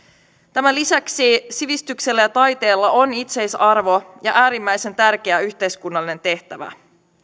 tämän lisäksi sivistyksellä ja taiteella on itseisarvo ja äärimmäisen tärkeä yhteiskunnallinen tehtävä